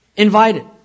invited